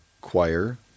choir